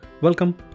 Welcome